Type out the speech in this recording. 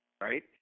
right